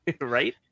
Right